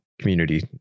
community